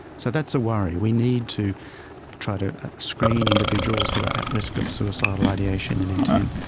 so that's a worry. we need to try to screen individuals who are at risk of suicidal ideation and intent.